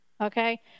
Okay